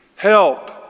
Help